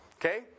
Okay